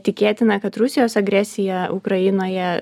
tikėtina kad rusijos agresija ukrainoje